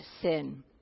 sin